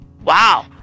Wow